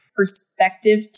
Perspective